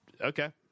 okay